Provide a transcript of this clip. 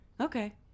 Okay